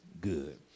good